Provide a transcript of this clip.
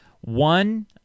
One